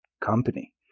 company